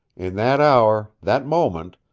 in that hour, that moment,